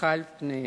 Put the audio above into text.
טפחה על פניהם.